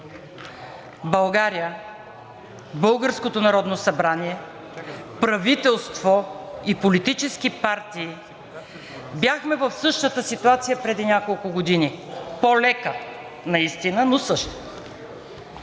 България, българското Народно събрание, правителство и политически партии бяхме в същата ситуация преди няколко години. По-лека наистина, но същата.